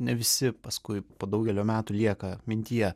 ne visi paskui po daugelio metų lieka mintyje